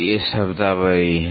ये शब्दावली हैं